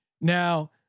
Now